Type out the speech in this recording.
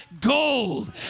gold